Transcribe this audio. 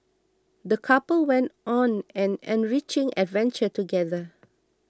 the couple went on an enriching adventure together